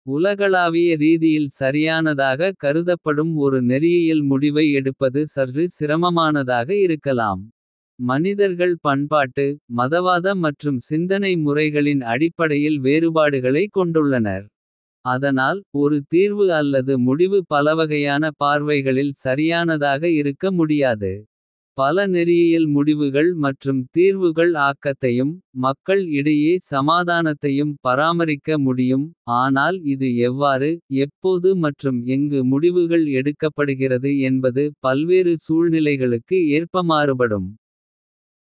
உலகளாவிய ரீதியில் சரியானதாக கருதப்படும் ஒரு. நெறியியல் முடிவை எடுப்பது சற்று சிரமமானதாக இருக்கலாம். மனிதர்கள் பண்பாட்டு மதவாத மற்றும் சிந்தனை. முறைகளின் அடிப்படையில் வேறுபாடுகளை கொண்டுள்ளனர். அதனால் ஒரு தீர்வு அல்லது முடிவு பலவகையான. பார்வைகளில் சரியானதாக இருக்க முடியாது. பல நெறியியல் முடிவுகள் மற்றும் தீர்வுகள் ஆக்கத்தையும். மக்கள் இடையே சமாதானத்தையும் பராமரிக்க முடியும். ஆனால் இது எவ்வாறு எப்போது மற்றும் எங்கு முடிவுகள். எடுக்கப்படுகிறது என்பது பல்வேறு சூழ்நிலைகளுக்கு ஏற்ப மாறுபடும்.